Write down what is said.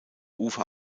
ufer